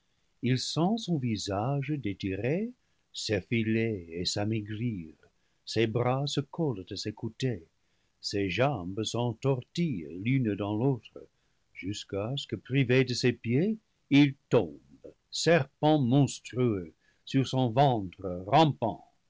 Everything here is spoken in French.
il sent son visage détiré s'effiler et s'amaigrir ses bras se collent à ses côtés ses jambes s'entortillent l'une dans l'autre jusqu'à ce que privé de ses pieds il tombe serpent monstrueux sur son ventre rampant